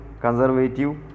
conservative